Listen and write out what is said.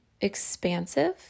expansive